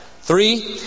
Three